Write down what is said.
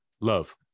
love